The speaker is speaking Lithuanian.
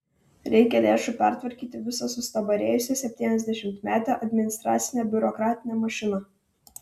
reikia lėšų pertvarkyti visą sustabarėjusią septyniasdešimtmetę administracinę biurokratinę mašiną